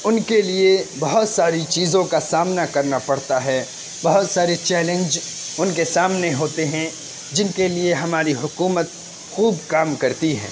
ان کے لیے بہت ساری چیزوں کا سامنا کرنا پڑتا ہے بہت سارے چیلنج ان کے سامنے ہوتے ہیں جن کے لیے ہماری حکومت خوب کام کرتی ہے